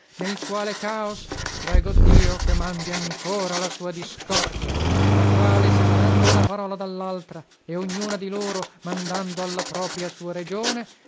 nel quale caos prego dio che mandi ancora la sua discordia la quale separando una parola dallaltra e ognuna di loro mandando alla propria sua regione